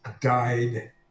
died